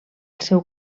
seu